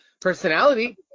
personality